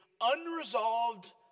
unresolved